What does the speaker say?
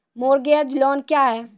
Mortgage loan क्या है?